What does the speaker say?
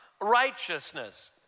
righteousness